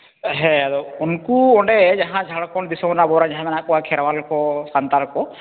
ᱦᱮᱸ ᱟᱫᱚ ᱩᱱᱠᱩ ᱚᱸᱰᱮ ᱡᱟᱦᱟᱸ ᱫᱚ ᱡᱷᱟᱲᱠᱷᱚᱸᱰ ᱫᱤᱥᱚᱢ ᱨᱮ ᱟᱵᱚᱨᱮᱱ ᱡᱟᱦᱟᱸᱭ ᱢᱮᱱᱟᱜ ᱠᱚᱣᱟ ᱠᱷᱮᱨᱣᱟᱞ ᱠᱚ ᱥᱟᱱᱛᱟᱲ ᱠᱚ